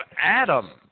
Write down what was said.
Adam